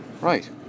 right